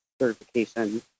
certification